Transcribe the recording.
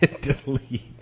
Delete